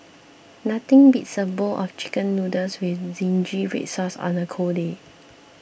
nothing beats a bowl of Chicken Noodles with Zingy Red Sauce on a cold day